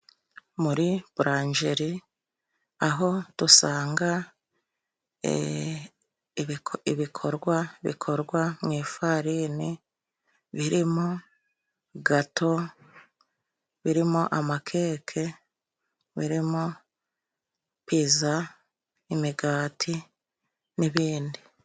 Muri bulanjeri aho dusanga ibikorwa bikorwa mu ifarini birimo gato, birimo amakeke, birimo piza, imigati n'ibindi.